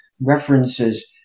references